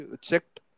checked